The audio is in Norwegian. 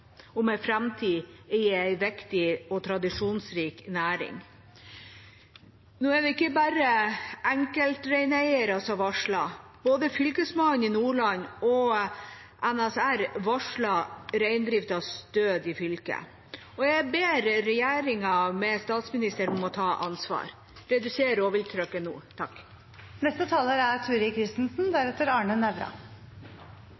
viktig og tradisjonsrik næring. Nå er det ikke bare enkeltreineiere som varsler. Både Fylkesmannen i Nordland og NSR varsler reindriftens død i fylket. Jeg ber regjeringa med statsministeren om å ta ansvar: Reduser rovvilttrykket nå. Dette er